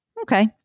Okay